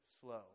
slow